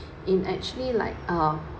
in actually like ah